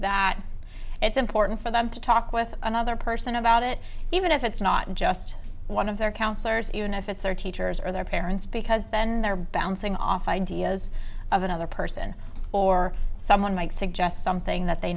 that it's important for them to talk with another person about it even if it's not just one of their counselors even if it's their teachers or their parents because then they're bouncing off ideas of another person or someone it suggest